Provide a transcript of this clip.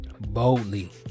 Boldly